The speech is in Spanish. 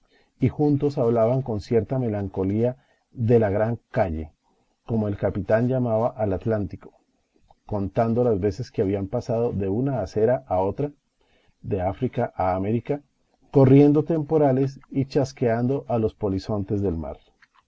y juntos hablaban con cierta melancolía de la gran calle como el capitán llamaba al atlántico contando las veces que habían pasado de una acera a otra de áfrica a américa corriendo temporales y chasqueando a los polizontes del mar